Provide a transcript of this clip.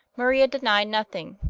maria denied nothing,